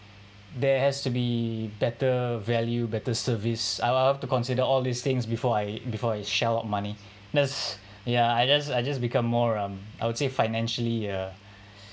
there has to be better value better service I I have to consider all these things before I before I shell out money that's ya I just I just become more um I would say financially uh